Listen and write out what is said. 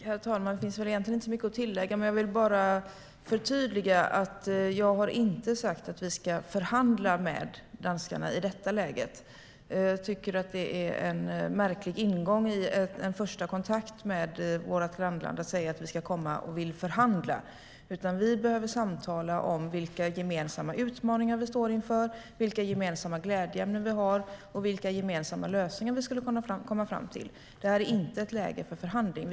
Herr talman! Det finns egentligen inte så mycket att tillägga, men jag vill förtydliga att jag inte har sagt att vi ska förhandla med danskarna i detta läge. Det är en märklig ingång i en första kontakt med vårt grannland att säga att vi vill förhandla. Vi behöver samtala om vilka gemensamma utmaningar vi står inför, vilka gemensamma glädjeämnen vi har och vilka gemensamma lösningar vi skulle kunna komma fram till. Det är inte ett läge för förhandling.